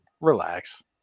Relax